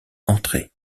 entrées